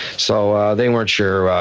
so they weren't sure.